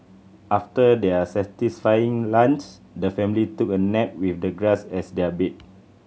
after their satisfying lunch the family took a nap with the grass as their bed